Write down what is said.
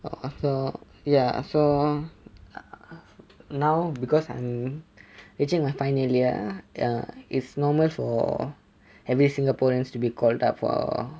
after ya after now because I'm reaching my final ya err it's normal for every singaporeans to be called up for